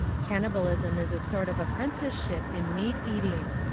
cannibalism is a sort of apprenticeship in meat-eating.